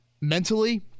mentally